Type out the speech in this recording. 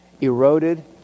eroded